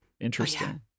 interesting